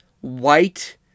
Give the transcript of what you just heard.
white